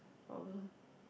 problem